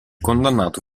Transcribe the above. condannato